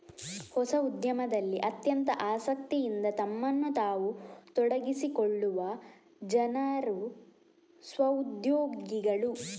ಹೊಸ ಉದ್ಯಮದಲ್ಲಿ ಅತ್ಯಂತ ಆಸಕ್ತಿಯಿಂದ ತಮ್ಮನ್ನು ತಾವು ತೊಡಗಿಸಿಕೊಳ್ಳುವ ಜನರು ಸ್ವ ಉದ್ಯೋಗಿಗಳು